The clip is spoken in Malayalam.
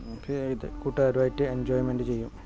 ഇത് കൂട്ടുകാരുമായിട്ട് എൻജോയ്മെൻറ് ചെയ്യും